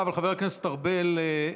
לא אתה, אבל חבר הכנסת ארבל אוכל.